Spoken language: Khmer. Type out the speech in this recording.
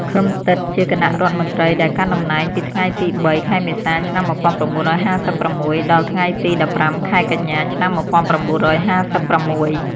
ឃឹម ទិតជាគណៈរដ្ឋមន្ត្រីដែលកាន់តំណែងពីថ្ងៃទី ៣ ខែមេសា ឆ្នាំ១៩៥៦ ដល់ថ្ងៃទី ១៥ ខែកញ្ញា ឆ្នាំ១៩៥៦។